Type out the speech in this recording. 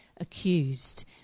accused